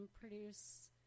produce